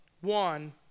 one